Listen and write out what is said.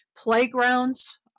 playgrounds